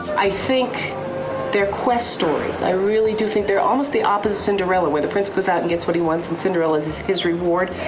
i think they're quest stories. i really do think they're almost the opposite of cinderella where the prince goes out and gets what he wants and cinderella's his his reward.